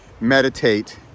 Meditate